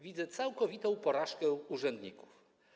Widzę całkowitą porażkę urzędników.